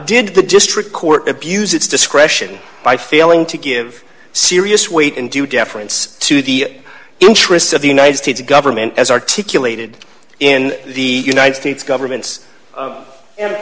did the district court abuse its discretion by failing to give serious weight and due deference to the interests of the united states government as articulated in the united states government's and